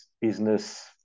business